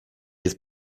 jest